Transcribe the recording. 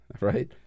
Right